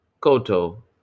koto